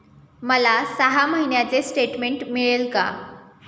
मला सहा महिन्यांचे स्टेटमेंट मिळेल का?